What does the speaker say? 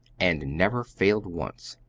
and never failed once.